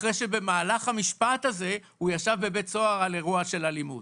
אחרי שבמהלך המשפט הזה הוא ישב בבית סוהר על אירוע של אלימות,